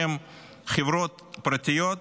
שהם חברות פרטיות,